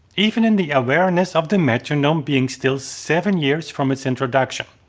even in the awareness of the metronome being still seven years from its introduction.